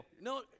No